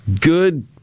Good